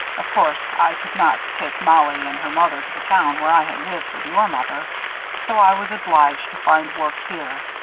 of course i could not take mollie and her mother to the town where i had lived with your mother so i was obliged to find work here.